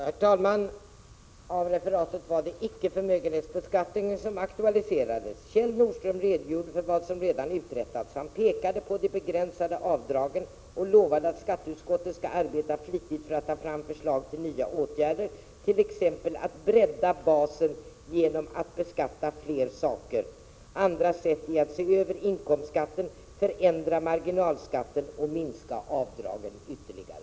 Herr talman! Det var icke förmögenhetsbeskattningen som referatet aktualiserade. Kjell Nordström redogjorde för vad som redan uträttats. Han pekade på de begränsade avdragen och lovade att skatteutskottet skulle arbeta flitigt för att ta fram förslag till nya åtgärder, t.ex. att bredda basen genom att beskatta fler saker: Andra sätt är att se över inkomstskatten, förändra marginalskatten och minska avdragen ytterligare.